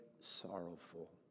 sorrowful